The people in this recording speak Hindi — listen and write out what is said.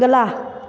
अगला